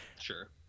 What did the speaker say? Sure